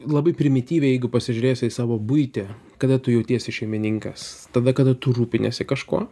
labai primityviai jeigu pasižiūrėsi į savo buitį kada tu jautiesi šeimininkas tada kada tu rūpiniesi kažkuo